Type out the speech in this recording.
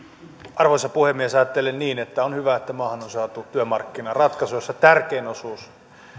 arvoisa puhemies ajattelen niin että on hyvä että maahan on saatu työmarkkinaratkaisu jossa tärkein osuus